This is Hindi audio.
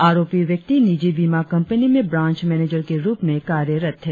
आरोपी व्यक्ति नीजि बीमा कंपनी में ब्रांच मेनेजर के रुप में कार्य करता था